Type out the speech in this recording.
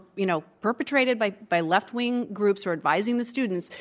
you know, perpetrated by by left wing groups who are advising the students,